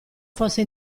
fosse